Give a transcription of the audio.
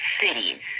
cities